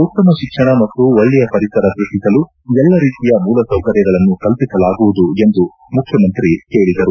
ಉತ್ತಮ ಶಿಕ್ಷಣ ಮತ್ತು ಒಳ್ಳೆಯ ಪರಿಸರ ಸೃಷ್ಟಿಸಲು ಎಲ್ಲ ರೀತಿಯ ಮೂಲಸೌಕರ್ಯಗಳನ್ನು ಕಲ್ಪಿಸಲಾಗುವುದು ಎಂದು ಮುಖ್ಣಮಂತ್ರಿ ಹೇಳಿದರು